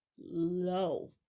low